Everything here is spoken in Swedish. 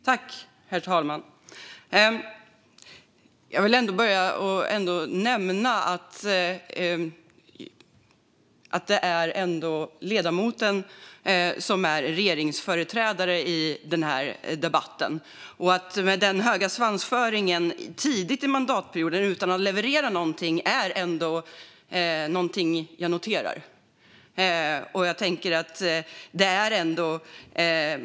Herr talman! Jag vill börja med att nämna att ledamoten är regeringsföreträdare i den här debatten och att jag noterar den höga svansföringen redan tidigt i mandatperioden, innan man har levererat någonting.